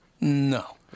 No